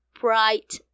bright